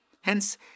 Hence